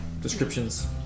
descriptions